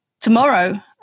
tomorrow